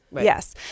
yes